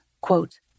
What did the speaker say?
quote